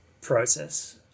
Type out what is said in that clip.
process